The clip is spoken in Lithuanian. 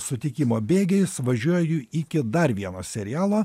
sutikimo bėgiais važiuoju iki dar vieno serialo